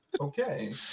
Okay